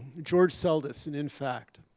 george seldes and in fact,